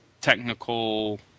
technical